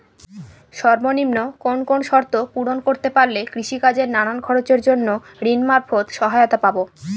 সর্বনিম্ন কোন কোন শর্ত পূরণ করতে পারলে কৃষিকাজের নানান খরচের জন্য ঋণ মারফত সহায়তা পাব?